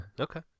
Okay